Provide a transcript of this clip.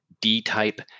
D-type